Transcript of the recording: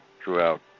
throughout